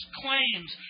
claims